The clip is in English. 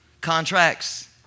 contracts